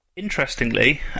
Interestingly